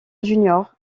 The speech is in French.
junior